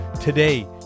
today